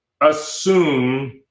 assume